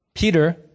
Peter